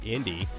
Indy